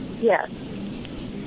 Yes